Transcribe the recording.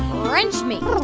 wrench me.